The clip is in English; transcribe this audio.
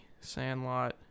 Sandlot